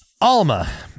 Alma